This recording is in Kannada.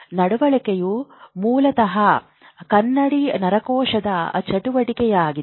ನಡವಳಿಕೆಯು ಮೂಲತಃ ಕನ್ನಡಿ ನರಕೋಶದ ಚಟುವಟಿಕೆಯಾಗಿದೆ